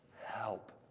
help